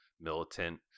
militant